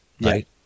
Right